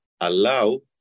allow